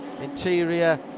Interior